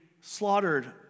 slaughtered